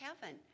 heaven